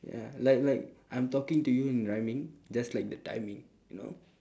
ya like like I'm talking to you in rhyming just like the timing you know